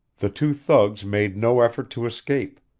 the two thugs made no effort to escape.